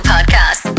Podcast